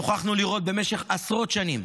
נוכחנו לראות זאת במשך עשרות שנים,